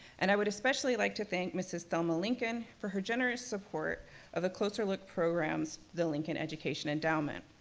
and i would especially like to thank mrs. thelma lincoln, for her generous support of a closer look programs, the lincoln education endowment.